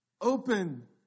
open